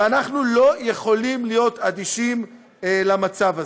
ואנחנו לא יכולים להיות אדישים למצב הזה.